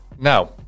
Now